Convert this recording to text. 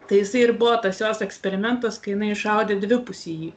tai jisai ir buvo tas jos eksperimentas kai jinai išaudė dvipusį jį